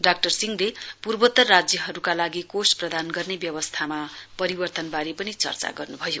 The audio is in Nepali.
डाक्टर सिंहले पूर्वोत्तर राज्यहरूका लागि कोष प्रदान गर्ने व्यवस्थामा परिवर्तनबारे पनि चर्चा गर्नुभयो